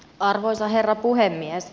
arvoisa herra puhemies